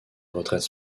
retraite